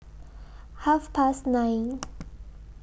Half Past nine